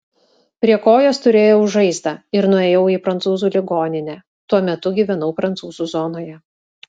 prie kojos turėjau žaizdą ir nuėjau į prancūzų ligoninę tuo metu gyvenau prancūzų zonoje